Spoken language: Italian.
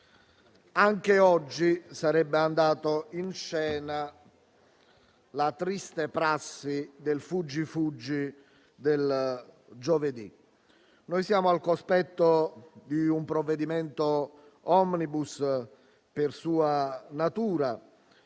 anche oggi sarebbe andata in scena la triste prassi del fuggi fuggi del giovedì. Siamo al cospetto di un provvedimento *omnibus* per sua natura,